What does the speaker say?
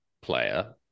player